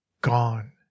gone